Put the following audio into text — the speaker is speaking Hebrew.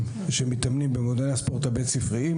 שמתאמנים במועדוני הספורט הבית-ספריים,